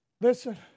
Listen